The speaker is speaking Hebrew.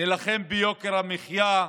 נילחם ביוקר המחיה,